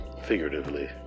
figuratively